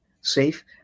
safe